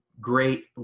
great